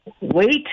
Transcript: wait